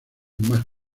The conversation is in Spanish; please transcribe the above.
más